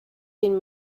been